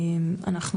אנחנו